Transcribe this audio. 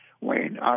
Wayne